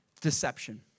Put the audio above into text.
deception